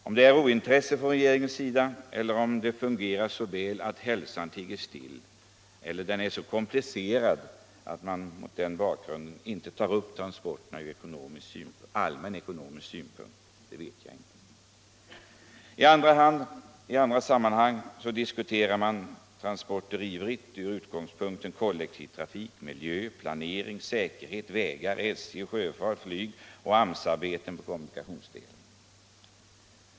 Om det beror på ointresse från regeringens sida eller om transporterna fungerar så väl att hälsan tiger still, eller om frågan är så komplicerad att man mot den bakgrunden inte tar upp transporterna ur allmän ekonomisk synpunkt, det vet jag inte. I andra sammanhang diskuterar man transporter ivrigt — kollektivtrafik, miljö, planering, säkerhet. vägar, SJ, sjöfart, flyg och AMS-arbete på kommunikationsdelen.